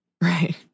right